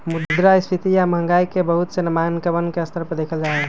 मुद्रास्फीती या महंगाई के बहुत से मानकवन के स्तर पर देखल जाहई